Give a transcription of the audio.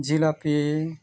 ᱡᱷᱤᱞᱟᱯᱤ